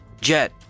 Jet